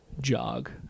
jog